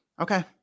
okay